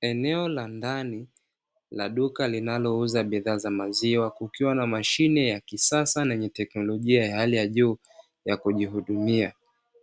Eneo la ndani la duka linalouza bidhaa za maziwa kukiwa na mashine ya kisasa yenye teknolojia ya hali ya juu ya kujihudumia.